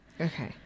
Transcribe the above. Okay